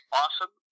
awesome